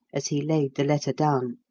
as he laid the letter down.